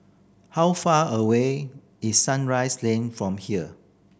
how far away is Sunrise Lane from here